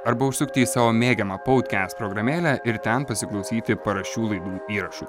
arba užsukti į savo mėgiamą poudkiast programėlę ir ten pasiklausyti paraščių laidų įrašų